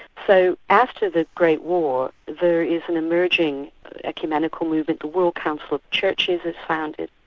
so after the great war, there is an emerging ecumenical movement, the world council of churches is founded,